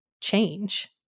change